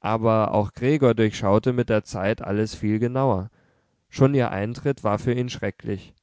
aber auch gregor durchschaute mit der zeit alles viel genauer schon ihr eintritt war für ihn schrecklich